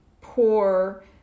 poor